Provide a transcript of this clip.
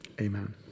Amen